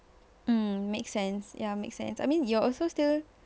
mm make sense ya make sense I mean you also still